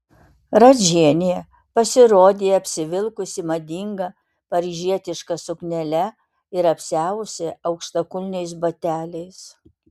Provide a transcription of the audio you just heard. radžienė pasirodė apsivilkusi madinga paryžietiška suknele ir apsiavusi aukštakulniais bateliais